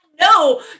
No